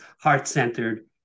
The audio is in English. heart-centered